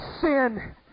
sin